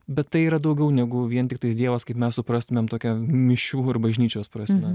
bet tai yra daugiau negu vien tiktai dievas kaip mes suprastumėm tokia mišių ir bažnyčios prasme